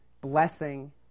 blessing